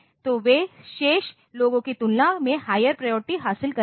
तो वे शेष लोगों की तुलना में हायर प्रायोरिटी हासिल करेंगे